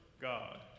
God